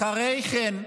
אחרי כן,